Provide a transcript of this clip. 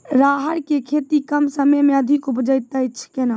राहर की खेती कम समय मे अधिक उपजे तय केना?